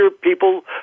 people